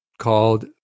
called